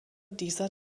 dieser